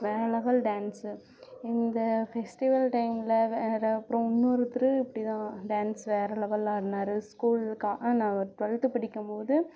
வேற level dance இந்த festival டைம்மில் வேறு அப்புறம் இன்னொருத்தர் இப்படிதான் டான்ஸ் வேறு லெவலில் ஆடுனாரு ஸ்கூல்க்காக நான் ஒரு ட்வெல்த்து படிக்கும்போது